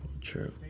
True